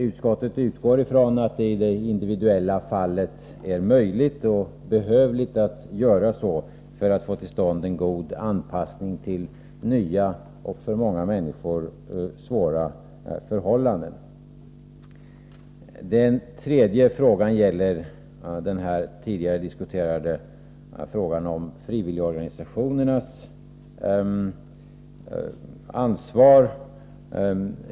Utskottet utgår ifrån att det i det individuella fallet är möjligt och behövligt att göra så för att få till stånd en god anpassning till nya och för många människor svåra förhållanden. För det tredje gäller det den tidigare diskuterade frågan om frivilligorganisationernas ansvar.